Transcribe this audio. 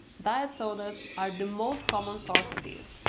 diet sodas are the most common sources of these,